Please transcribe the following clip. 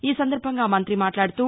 ఈ సందర్బంగా మంత్రి మాట్లాడుతూ